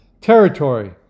territory